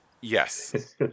yes